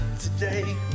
today